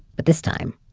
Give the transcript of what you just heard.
but this time,